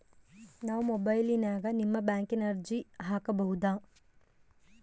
ನಾವು ಮೊಬೈಲಿನ್ಯಾಗ ನಿಮ್ಮ ಬ್ಯಾಂಕಿನ ಅರ್ಜಿ ಹಾಕೊಬಹುದಾ?